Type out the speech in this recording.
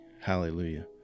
hallelujah